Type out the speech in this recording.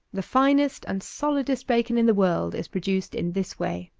the finest and solidest bacon in the world is produced in this way.